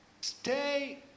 Stay